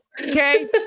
Okay